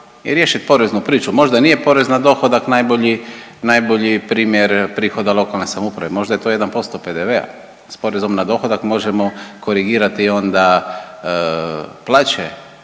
i riješit poreznu priču. Možda nije porez na dohodak najbolji, najbolji primjer prihoda lokalne samouprave, možda je to 1% PDV-a s porezom na dohodak možemo korigirati onda plaće